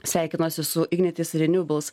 sveikinuosi su ignitis renewables